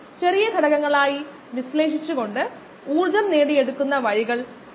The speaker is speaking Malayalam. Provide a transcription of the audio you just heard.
ഇത് നമുക്ക് ഒരു പ്രശ്നമാണ് പ്രശ്നങ്ങൾ എങ്ങനെ പരിഹരിക്കാമെന്ന് നമ്മൾ അറിയേണ്ടതുണ്ട്